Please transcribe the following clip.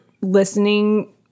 listening